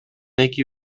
эки